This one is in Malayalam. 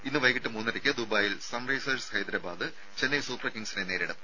ഇന്ന് വൈകിട്ട് മൂന്നരയ്ക്ക് ദുബായിൽ സൺറൈസേഴ്സ് ഹൈദരബാദ് ചെന്നൈ സൂപ്പർ കിംഗ്സിനെ നേരിടും